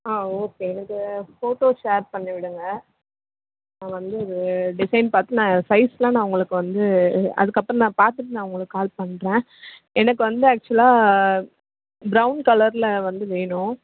ஆ okay நீங்கள் photo share பண்ணி விடுங்க நாங்கள் வந்து இது டிசைன் பார்த்து நான் சைஸ்ஸெலாம் நான் உங்களுக்கு வந்து அதுக்கு அப்புறம் நான் பார்த்துட்டு நான் உங்களுக்கு கால் பண்ணுறேன் எனக்கு வந்து ஆக்க்ஷுவலாக ப்ரௌன் கலரில் வந்து வேணும்